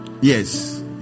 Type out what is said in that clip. yes